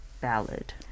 ballad